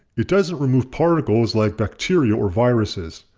it doesn't remove particles like bacteria or viruses.